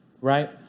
right